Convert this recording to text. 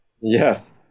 Yes